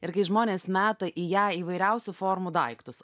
ir kai žmonės meta į ją įvairiausių formų daiktus